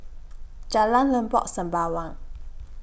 Jalan Lengkok Sembawang